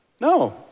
No